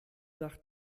nach